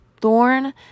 thorn